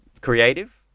creative